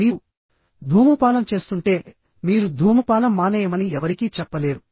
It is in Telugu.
మీరు ధూమపానం చేస్తుంటే మీరు ధూమపానం మానేయమని ఎవరికీ చెప్పలేరు